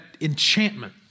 enchantment